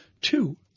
two